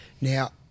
Now